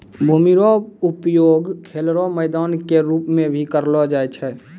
भूमि रो उपयोग खेल रो मैदान के रूप मे भी करलो जाय छै